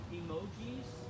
emojis